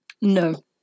no